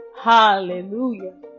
Hallelujah